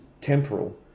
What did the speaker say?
temporal